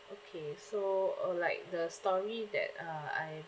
okay so uh like the story that uh I